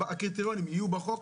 הקריטריונים יהיו בחוק?